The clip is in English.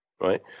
right